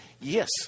yes